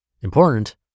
Important